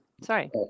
sorry